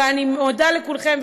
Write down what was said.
ואני מודה לכולכם,